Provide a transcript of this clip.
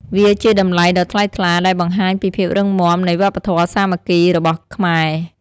វាជាតម្លៃដ៏ថ្លៃថ្លាដែលបង្ហាញពីភាពរឹងមាំនៃវប្បធម៌សាមគ្គីរបស់ខ្មែរ។